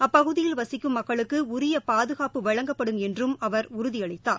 அப்பகுதியில் வசிக்கும் மக்களுக்கு உரிய பாதுகாப்பு வழங்கப்படும் என்று அவர் உறுதியளித்தார்